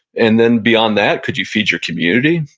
and then beyond that, could you feed your community?